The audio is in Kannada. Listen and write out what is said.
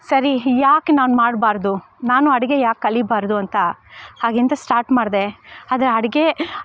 ಸರಿ ಯಾಕೆ ನಾನು ಮಾಡಬಾರ್ದು ನಾನು ಅಡುಗೆ ಯಾಕೆ ಕಲಿಬಾರ್ದು ಅಂತ ಹಾಗೆ ಅಂತ ಸ್ಟಾರ್ಟ್ ಮಾಡ್ದೆ ಆದರೆ ಅಡುಗೆ